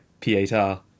P8R